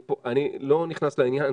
אני לא נכנס לעניין,